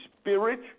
spirit